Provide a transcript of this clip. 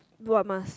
what mask